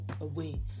away